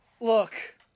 Look